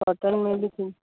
cotton में बि